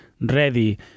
ready